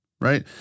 right